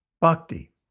Bhakti